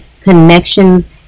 connections